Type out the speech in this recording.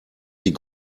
sie